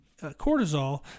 cortisol